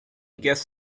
guess